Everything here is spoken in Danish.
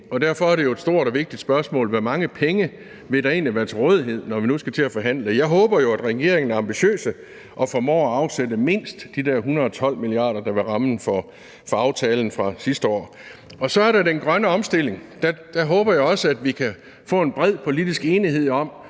derfor er det et stort og vigtigt spørgsmål, hvor mange penge der egentlig vil være til rådighed, når vi nu skal til at forhandle. Jeg håber jo, at regeringen er ambitiøs og formår at afsætte mindst de der 112 mia. kr., der er rammen for aftalen fra sidste år. Så er der den grønne omstilling, og der håber jeg også, vi kan få en bred politisk enighed om